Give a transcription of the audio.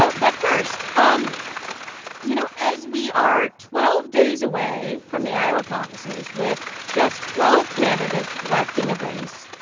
ah but first, um you know, as we are twelve days away from the iowa caucuses, with just twelve candidates left in the race,